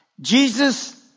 Jesus